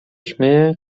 śmieje